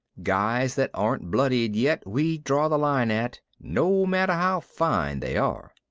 guys that aren't blooded yet we draw the line at, no matter how fine they are.